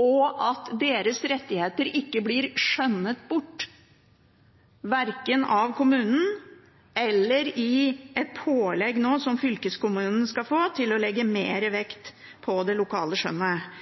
og deres rettigheter må ikke bli «skjønnet» bort, verken av kommunen eller i et pålegg som fylkeskommunen nå skal få til å legge mer vekt på det lokale skjønnet